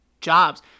jobs